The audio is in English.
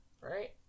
Right